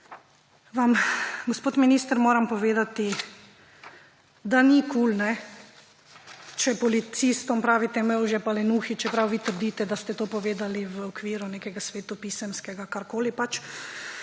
vam, gospod minister, moram povedati, da ni kul, če policistom pravite mevže in lenuhi, čeprav vi trdite, da ste to povedali v okviru nekega svetopisemskega karkoli pač.